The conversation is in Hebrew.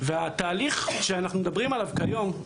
התהליך שאנחנו מדברים עליו כיום הוא